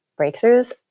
breakthroughs